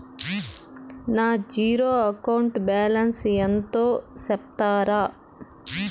నా zero account balance ఎంతో సెప్తారా?